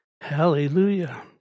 Hallelujah